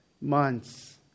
months